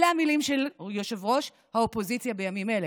אלה המילים של ראש האופוזיציה בימים אלה,